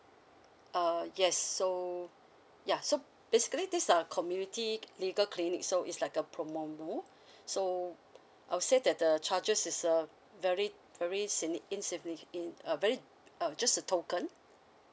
ah yes so ya so basically thess are community legal clinic so is like a promomo so I'll say that uh charges is a very very signi~ insigni~ uh very uh just a token